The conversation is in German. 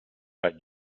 bei